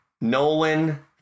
Nolan